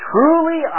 Truly